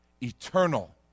eternal